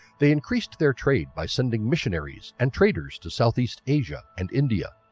they increased their trade by sending missionaries and traders to southeast asia and india.